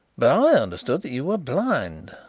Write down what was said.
but i understood that you were blind.